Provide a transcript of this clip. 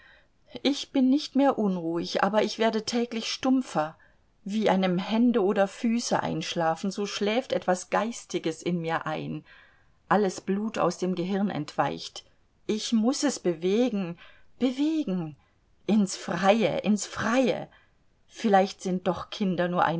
ich bin nicht mehr unruhig aber ich werde täglich stumpfer wie einem hände oder füße einschlafen so schläft etwas geistiges in mir ein alles blut aus dem gehirn entweicht ich muß es bewegen bewegen in's freie in's freie vielleicht sind doch kinder nur